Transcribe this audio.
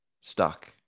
stuck